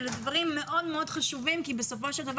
אלה דברים מאוד מאוד חשובים כי בסופו של דבר